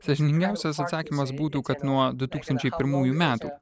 sąžiningiausias atsakymas būtų kad nuo du tūkstančiai pirmųjų metų